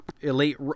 elite